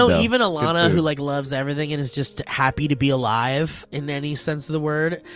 so even alana, who like loves everything and is just happy to be alive, in any sense of the word,